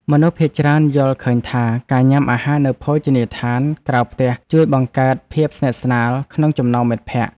មនុស្សភាគច្រើនយល់ឃើញថា ការញ៉ាំអាហារនៅភោជនីយដ្ឋានក្រៅផ្ទះជួយបង្កើតភាពស្និទ្ធស្នាលក្នុងចំណោមមិត្តភក្តិ។